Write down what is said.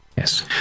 Yes